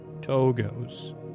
togos